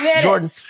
Jordan